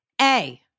A-